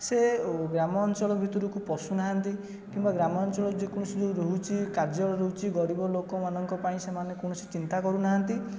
ସେ ଗ୍ରାମଞ୍ଚଳ ଭିତରକୁ ପସୁ ନାହାନ୍ତି କିମ୍ବା ଗ୍ରାମଞ୍ଚଳ ଯେକୌଣସି ଯେଉଁ ରହୁଛି କାର୍ଯ୍ୟ ରହୁଛି ଗରିବ ଲୋକଙ୍କ ପାଇଁ ସେମାନେ କୌଣସି ଚିନ୍ତା କରୁନାହାନ୍ତି